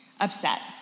upset